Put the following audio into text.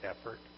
effort